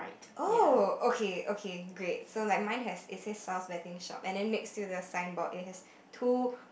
oh okay okay great so like mine has it says Sal's betting shop and then next to the signboard it has two